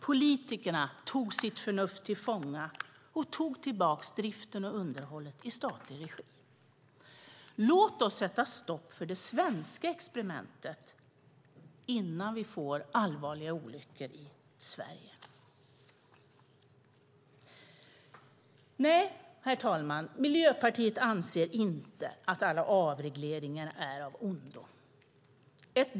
Politikerna tog sitt förnuft till fånga och tog tillbaka driften och underhållet i statlig regi. Låt oss sätta stopp för det svenska experimentet innan vi får allvarliga olyckor i Sverige! Nej, herr talman, Miljöpartiet anser inte att alla avregleringar är av ondo.